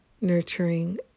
nurturing